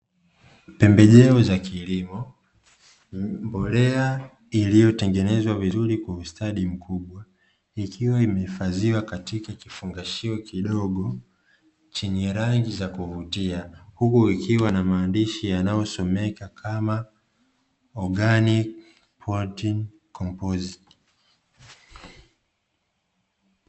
Pembejeo za kilimo, mbolea iliyotengenezwa vizuri kwa ustadi mkubwa, ikiwa imehifadhiwa katika kifungashio kidogo chenye rangi za kuvutia, huku kikiwa na maandishi yanayosomeka kama (ORGANIC POTTING COMPOST).